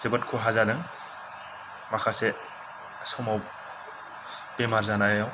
जोबोद खहा जादों माखासे समाव बेमार जानायाव